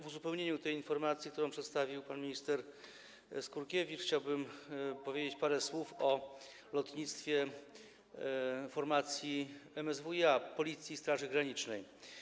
W uzupełnieniu tej informacji, którą przedstawił pan minister Skurkiewicz, chciałbym powiedzieć parę słów o lotnictwie formacji MSWiA: Policji i Straży Granicznej.